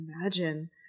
imagine